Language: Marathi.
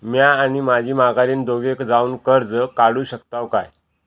म्या आणि माझी माघारीन दोघे जावून कर्ज काढू शकताव काय?